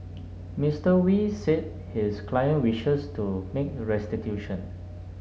Mister Wee said his client wishes to make restitution